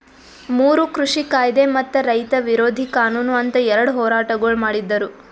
ಮೂರು ಕೃಷಿ ಕಾಯ್ದೆ ಮತ್ತ ರೈತ ವಿರೋಧಿ ಕಾನೂನು ಅಂತ್ ಎರಡ ಹೋರಾಟಗೊಳ್ ಮಾಡಿದ್ದರು